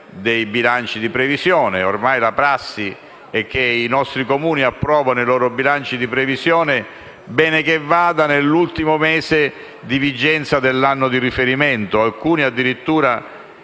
ormai, la prassi è che i nostri Comuni approvino i loro bilanci di previsione, bene che vada, nell'ultimo mese di vigenza dell'anno di riferimento.